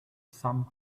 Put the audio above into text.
some